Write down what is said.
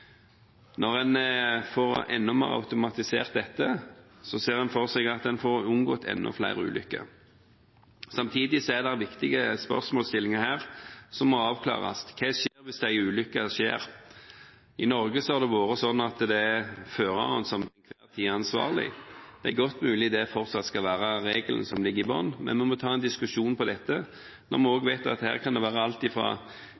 Når en får automatisert dette enda mer, ser en for seg at enda flere ulykker kan unngås. Samtidig er det viktige spørsmålsstillinger her som må avklares: Hva hvis en ulykke skjer? I Norge har det vært slik at det er føreren som er ansvarlig. Det er godt mulig at det fortsatt skal være regelen som ligger i bunnen, men vi må ta en diskusjon på dette, når vi vet at her kan det være alt